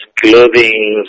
clothing